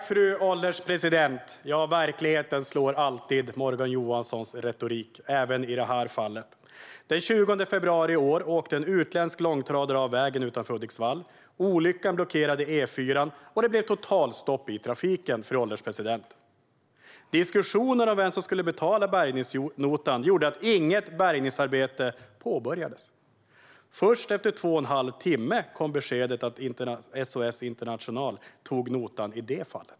Fru ålderspresident! Ja, verkligheten slår alltid Morgan Johanssons retorik, även i det här fallet. Den 20 februari i år åkte en utländsk långtradare av vägen utanför Hudiksvall. Olyckan blockerade E4:an, och det blev totalstopp i trafiken, fru ålderspresident. Diskussionen om vem som skulle betala bärgningsnotan gjorde att inget bärgningsarbete påbörjades. Först efter två och en halv timme kom beskedet att SOS International tog notan i det fallet.